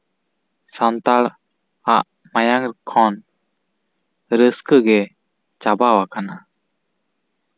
ᱥᱟᱱᱛᱟᱲᱟᱜ ᱢᱟᱭᱟᱝ ᱠᱷᱚᱱ ᱨᱟᱹᱥᱠᱟᱹ ᱜᱮ ᱪᱟᱵᱟ ᱟᱠᱟᱱᱟ